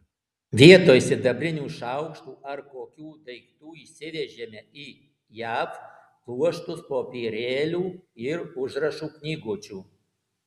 vietoj sidabrinių šaukštų ar kokių daiktų išsivežėme į jav pluoštus popierėlių ir užrašų knygučių